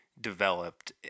developed